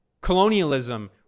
Colonialism